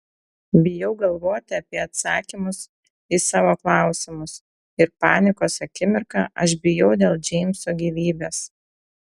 bijau galvoti apie atsakymus į savo klausimus ir panikos akimirką aš bijau dėl džeimso gyvybės